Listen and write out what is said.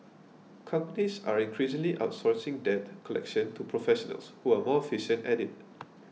companies are increasingly outsourcing debt collection to professionals who are more efficient at it